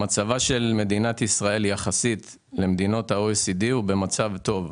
מצבה של מדינת ישראל יחסית למדינות ה-OECD הוא מצב טוב.